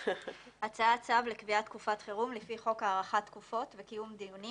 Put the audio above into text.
הצעת צו לקביעת תקופת חירום לפי חוק הארכת תקופות וקיום דיונים